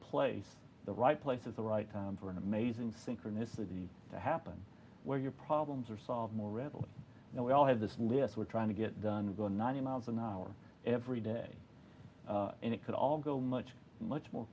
place the right place at the right time for an amazing synchronicity to happen where your problems are solved more readily now we all have this list we're trying to get done going ninety miles an hour every day and it could all go much much more